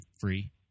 Free